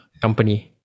company